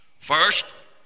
First